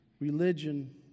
religion